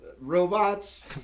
robots